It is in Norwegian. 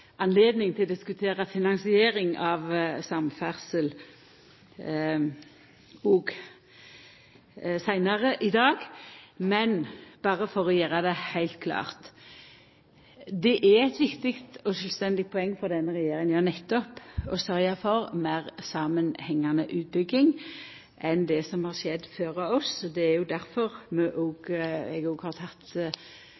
anledning til å diskutera finansiering av samferdsel seinare i dag òg. Men berre for å gjera det heilt klart: Det er eit viktig og sjølvstendig poeng for denne regjeringa å sørgja for meir samanhengande utbygging enn det som har skjedd før oss. Det er jo difor eg fyrst har teke Stortinget med på ei reise på E6, og